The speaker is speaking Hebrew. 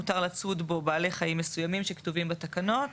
מותר לצוד בו בעלי חיים מסוימים שכתובים בתקנות,